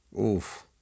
Oof